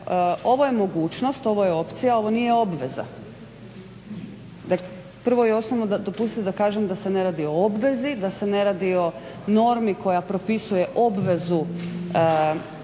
ovo je mogućnost, ovo je opcija, ovo nije obveza. Prvo i osnovno dopustiti da kažem da se ne radi o obvezi, da se ne radi o normi koja propisuje obvezu javnim